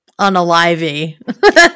unalivey